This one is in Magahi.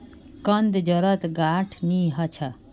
कंद जड़त गांठ नी ह छ